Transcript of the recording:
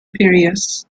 piraeus